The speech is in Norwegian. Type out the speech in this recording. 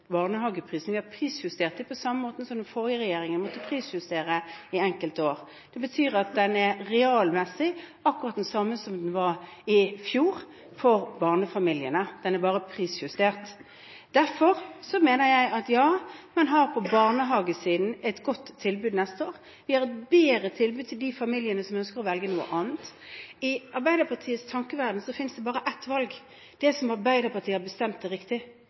prisjustert den på samme måte som den forrige regjeringen måtte prisjustere i enkelte år. Det betyr at den for barnefamiliene er realmessig akkurat den samme som den var i fjor, den er bare prisjustert. Derfor mener jeg at man på barnehagesiden har et godt tilbud neste år. Vi har et bedre tilbud til de familiene som ønsker å velge noe annet. I Arbeiderpartiets tankeverden finnes det bare ett valg: det som Arbeiderpartiet har bestemt er riktig.